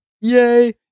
Yay